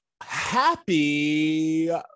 Happy